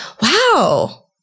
wow